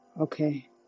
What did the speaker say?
okay